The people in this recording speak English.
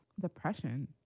Depression